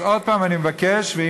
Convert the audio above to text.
לכן אני מבקש שוב,